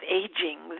aging